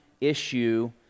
issue